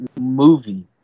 movie